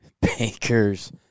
bankers